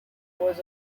was